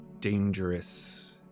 dangerous